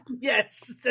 Yes